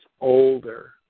older